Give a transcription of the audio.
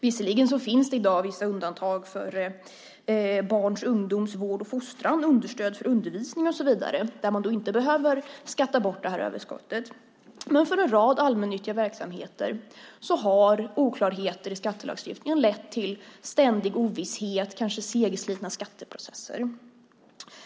Visserligen finns det i dag vissa undantag för barns och ungdomars vård och fostran, understöd för undervisning och så vidare där man inte behöver skatta bort detta överskott. Men för en rad allmännyttiga verksamheter har oklarheter i skattelagstiftningen lett till ständig ovisshet och kanske segslitna skatteprocesser.